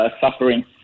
Suffering